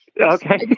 Okay